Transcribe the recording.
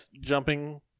jumping